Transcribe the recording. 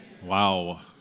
Wow